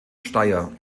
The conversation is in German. steyr